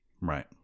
Right